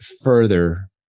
further